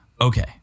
Okay